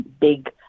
big –